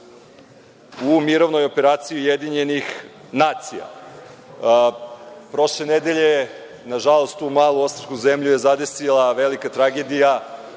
u mirovnoj operaciji UN.Prošle nedelje, nažalost, tu malu ostrvsku zemlju je zadesila velika tragedija,